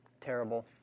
terrible